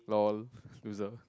lol loser